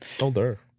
Older